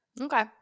Okay